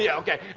yeah okay.